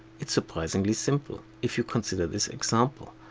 its surprisingly simple. if you consider this example.